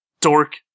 dork